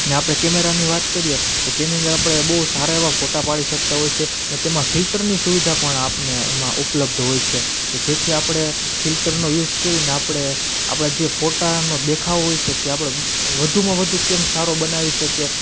ને આપણે કેમેરાની વાત કરીએ તો તેની અંદર આપણે બઉ સારા એવા ફોટા પાડી શકતા હોય છે ને તેમાં ફિલ્ટરની સુવિધા પણ આપને એમાં ઉપલબ્ધ હોય છે કે જેથી આપણે ફિલ્ટરનો યુસ કરીન આપણે આપણા જે ફોટાનો દેખાવ હોય છે તે આપણો વધુમાં વધુ કેમ સારો બનાવી શકીએ